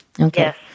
okay